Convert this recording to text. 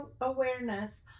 awareness